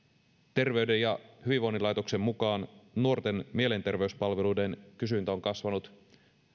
terveyden ja hyvinvoinnin laitoksen mukaan nuorten mielenterveyspalveluiden kysyntä on kasvanut